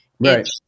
Right